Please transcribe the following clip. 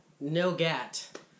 No-Gat